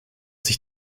sich